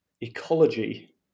ecology